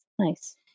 Nice